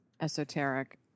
esoteric